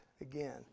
again